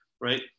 right